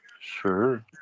sure